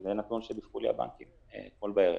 כי זה נתון שדיווחו לי הבנקים אתמול בערב.